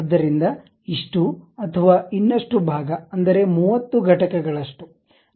ಆದ್ದರಿಂದ ಇಷ್ಟು ಅಥವಾ ಇನ್ನಷ್ಟು ಭಾಗ ಅಂದರೆ 30 ಘಟಕಗಳಷ್ಟು